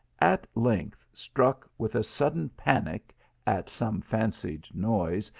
at length, struck with a sudden panic at some fancied noise,